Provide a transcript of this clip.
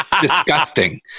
disgusting